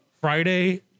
Friday